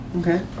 Okay